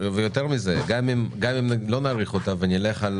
גם אם לא נאריך אותה ונלך על